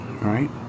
right